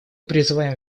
призываем